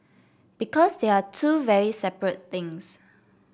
because they are two very separate things